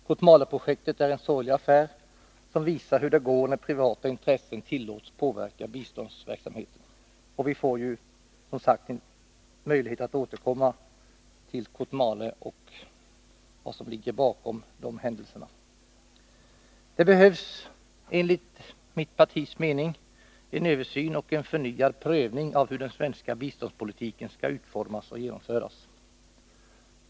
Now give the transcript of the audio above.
Kotmaleprojektet är en sorglig affär som visar hur det går när privata intressen tillåts påverka biståndsverksamheten. Vi får möjlighet att återkomma till Kotmale och de hädelser som ligger bakom det projektet. Det behövs enligt mitt partis mening en översyn och en förnyad prövning av hur den svenska biståndspolitiken skall utformas och genomföras.